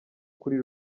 kuri